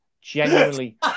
Genuinely